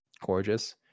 gorgeous